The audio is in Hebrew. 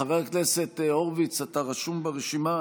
חבר הכנסת הורוביץ, אתה רשום ברשימה.